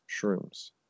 shrooms